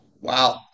wow